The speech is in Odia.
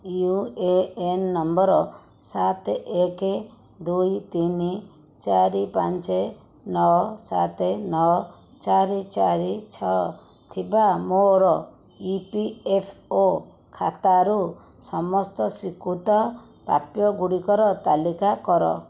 ୟୁ ଏ ଏନ୍ ନମ୍ବର ସାତ ଏକ ଦୁଇ ତିନି ଚାରି ପାଞ୍ଚ ନଅ ସାତ ନଅ ଚାରି ଚାରି ଛଅ ଥିବା ମୋର ଇ ପି ଏଫ୍ ଓ ଖାତାରୁ ସମସ୍ତ ସ୍ଵୀକୃତ ପ୍ରାପ୍ୟ ଗୁଡ଼ିକର ତାଲିକା କର